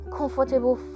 comfortable